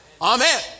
Amen